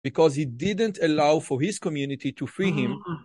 בגלל שהוא לא נתן לקהילתו לשחרר אותו